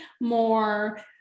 more